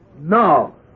No